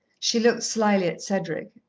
she looked slyly at cedric.